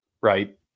right